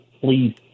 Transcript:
please